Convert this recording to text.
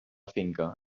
finca